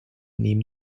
neben